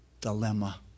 dilemma